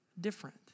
different